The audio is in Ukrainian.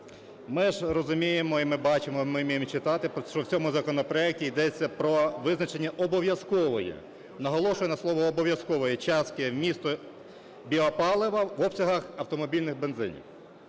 Ми ж розуміємо, і ми бачимо, і ми вміємо читати, що в цьому законопроекті йдеться про визначення обов'язкової, наголошую на слові "обов'язкової", частки вмісту біопалива в обсягах автомобільних бензинів.